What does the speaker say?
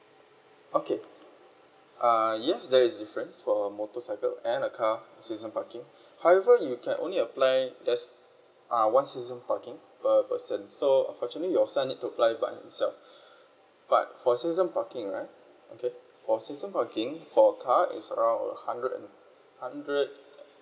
okay uh yes there is difference for motorcycle and a car season parking however you can only apply yes uh one season parking per person so unfortunately you still need to apply by yourself but for season parking right okay for season parking for car is around a hundred and hundred